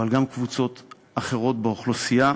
אבל גם קבוצות אחרות באוכלוסייה.